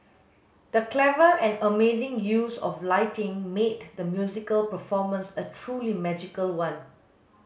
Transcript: the clever and amazing use of lighting made the musical performance a truly magical one